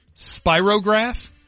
Spirograph